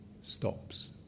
stops